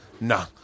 Nah